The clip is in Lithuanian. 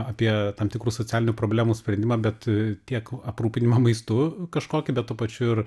apie tam tikrų socialinių problemų sprendimą bet tiek aprūpinimą maistu kažkokį bet tuo pačiu ir